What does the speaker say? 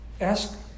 Ask